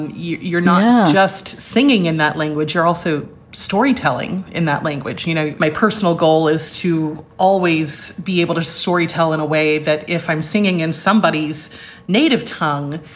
you're you're not just singing in that language. you're also storytelling in that language. you know, my personal goal is to always be able to in a way that if i'm singing in somebodies native tongue,